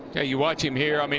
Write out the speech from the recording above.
you watching here, i mean